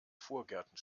vorgärten